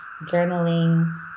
journaling